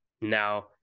Now